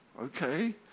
Okay